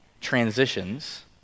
transitions